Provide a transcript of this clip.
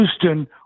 Houston